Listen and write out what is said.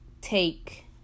take